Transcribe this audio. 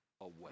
away